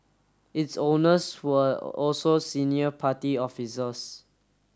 its owners were also senior party officers